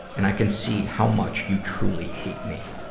and i can see how much you truly hate me.